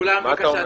כולם בקשות דיבור.